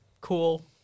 cool